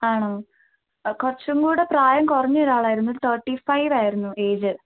ആണോ കുറച്ചും കൂടെ പ്രായം കുറഞ്ഞ ഒരാൾ ആയിരുന്നു ഒരു തേട്ടി ഫൈവ് ആയിരുന്നു ഏജ്